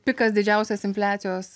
pikas didžiausias infliacijos